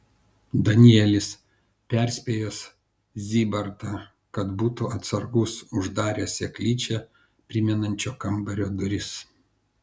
danielis perspėjęs zybartą kad būtų atsargus uždarė seklyčią primenančio kambario duris